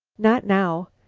not now.